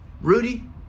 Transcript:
rudy